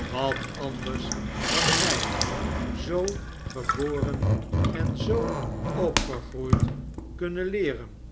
wat anders had mij zoo geboren en zoo opgegroeid kunnen leeren